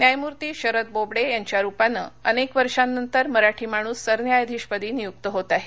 न्यायमूर्ती शरद बोबडे यांच्या रूपानं अनेक वर्षानंतर मराठी माणूस सरन्यायाधीशपदी नियुक्त होत आहे